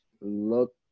look